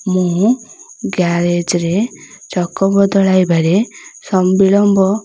ମୁଁ ଗ୍ୟାରେଜ୍ରେ ଚକ ବଦଳାଇବାରେ ସ ବିଳମ୍ବ